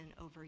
over